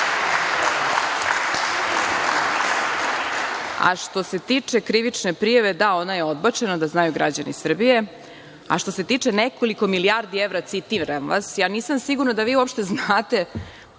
tad. Što se tiče krivične prijave, da, ona je odbačena, da znaju građani Srbije, a što se tiče nekoliko milijardi evra, citiram vas, nisam sigurna da vi uopšte znate